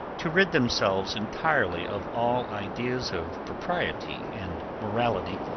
to rid themselves entirely of all ideas of propriety and morality,